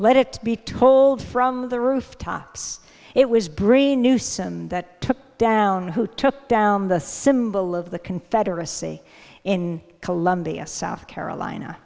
let it be told from the rooftops it was breen newsome that took down who took down the symbol of the confederacy in columbia south carolina